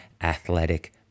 athletic